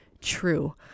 true